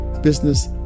business